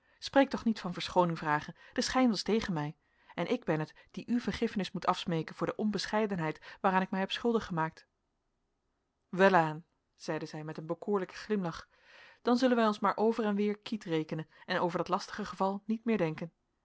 spreek toch niet van verschooning vragen de schijn was tegen mij en ik ben het die u vergiffenis moet afsmeeken voor de onbescheidenheid waaraan ik mij heb schuldig gemaakt welaan zeide zij met een bekoorlijken glimlach dan zullen wij ons maar over en weer quitte rekenen en over dat lastige geval niet meer denken